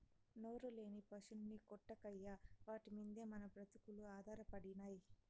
నోరులేని పశుల్ని కొట్టకయ్యా వాటి మిందే మన బ్రతుకులు ఆధారపడినై